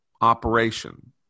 operation